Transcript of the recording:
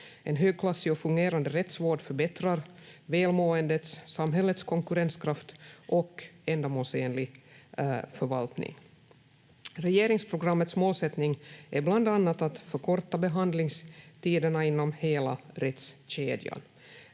En högklassig och fungerande rättsvård förbättrar välmåendet, samhällets konkurrenskraft och ändamålsenlig förvaltning. Regeringsprogrammets målsättning är bland annat att förkorta behandlingstiderna inom hela rättskedjan.